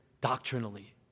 doctrinally